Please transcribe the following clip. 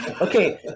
okay